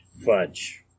Fudge